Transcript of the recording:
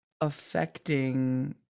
affecting